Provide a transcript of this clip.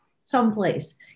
someplace